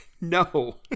No